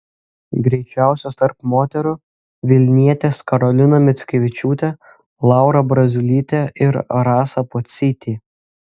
greičiausios tarp moterų vilnietės karolina mickevičiūtė laura braziulytė ir rasa pocytė